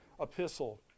epistle